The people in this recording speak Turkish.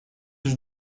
yüz